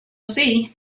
see